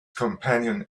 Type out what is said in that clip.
companion